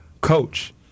coach